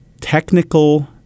technical